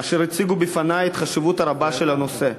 אשר הציגו בפני את החשיבות הרבה של הנושא.